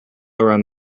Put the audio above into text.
around